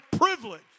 privilege